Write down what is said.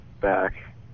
back